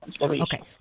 Okay